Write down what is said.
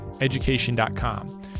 education.com